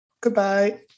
Goodbye